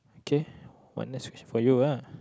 okay my next question for you ah